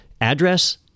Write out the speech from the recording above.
address